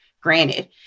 granted